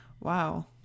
Wow